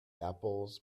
apples